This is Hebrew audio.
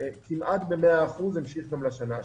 כמעט ב-100% המשיך גם לשנה השנייה.